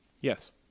Yes